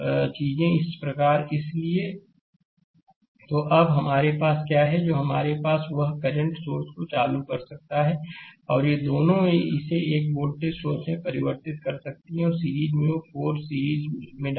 slide समय देखें 2222 तो अब हमारे पास क्या है जो हमारे पास है वह इस करंट सोर्स को चालू कर सकता है और ये दोनों इसे एक वोल्टेज सोर्स में परिवर्तित करते हैं और सीरीज वे 4 4 सीरीज में डालते हैं